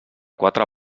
quatre